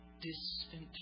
distant